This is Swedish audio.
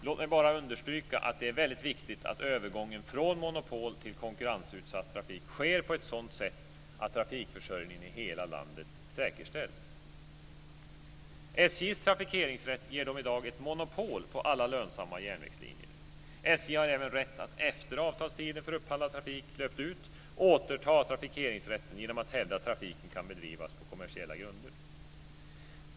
Låt mig bara understryka att det är väldigt viktigt att övergången från monopol till konkurrensutsatt trafik sker på ett sådant sätt att trafikförsörjningen i hela landet säkerställs. SJ:s trafikeringsrätt ger i dag SJ ett monopol på alla lönsamma järnvägslinjer. SJ har även rätt att efter att avtalstiden för upphandlad trafik löpt ut återta trafikeringsrätten genom att hävda att trafiken kan bedrivas på kommersiella grunder.